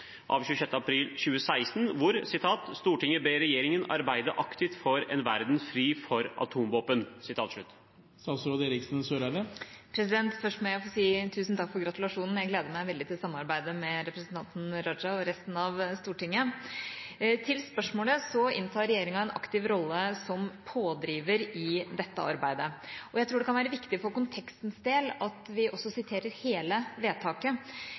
hvor «Stortinget ber regjeringen arbeide aktivt for en verden fri for atomvåpen [...]»?» Først må jeg få si tusen takk for gratulasjonen. Jeg gleder meg veldig til å samarbeide med representanten Raja og resten av Stortinget. Til spørsmålet: Regjeringa inntar en aktiv rolle som pådriver i dette arbeidet. Jeg tror det kan være viktig for kontekstens del at vi siterer hele vedtaket.